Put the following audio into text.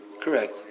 Correct